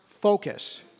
focus